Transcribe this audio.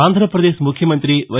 ఆంధ్రపదేశ్ ముఖ్యమంత్రి వై